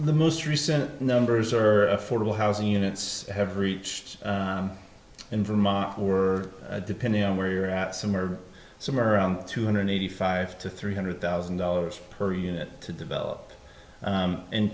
the most recent numbers are affordable housing units have reached in vermont were depending on where you're at some or some around two hundred eighty five to three hundred thousand dollars per unit to develop